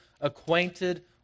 acquainted